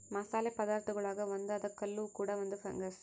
ಮಸಾಲೆ ಪದಾರ್ಥಗುಳಾಗ ಒಂದಾದ ಕಲ್ಲುವ್ವ ಕೂಡ ಒಂದು ಫಂಗಸ್